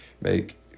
make